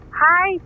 hi